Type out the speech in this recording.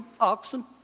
oxen